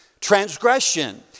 transgression